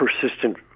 persistent